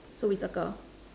two big circles